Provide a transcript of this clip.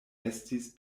estis